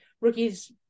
rookies